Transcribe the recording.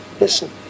listen